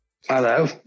Hello